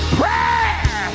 prayer